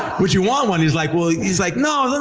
would you want one, he's like, well, he's like, no,